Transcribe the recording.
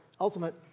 ultimate